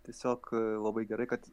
tiesiog labai gerai kad